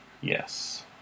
Yes